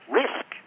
risk